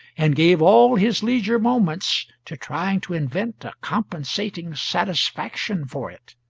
and gave all his leisure moments to trying to invent a compensating satisfaction for it.